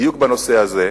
דיון בדיוק בנושא הזה.